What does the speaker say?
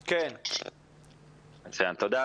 תודה,